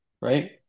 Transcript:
right